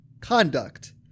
conduct